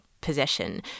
possession